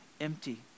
empty